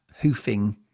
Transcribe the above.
Hoofing